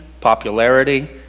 popularity